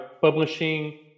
publishing